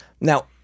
Now